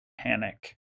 panic